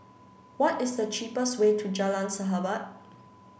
what is the cheapest way to Jalan Sahabat